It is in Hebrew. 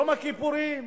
יום הכיפורים,